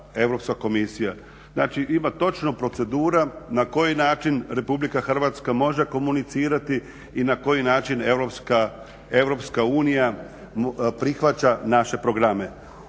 Znači, ima točno procedura na koji način RH može komunicirati i na koji način Europska unija prihvaća naše programe.